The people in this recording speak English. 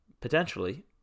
potentially